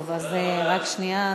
טוב, רק שנייה.